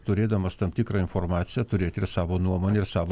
turėdamas tam tikrą informaciją turėti ir savo nuomonę ir savo